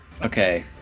Okay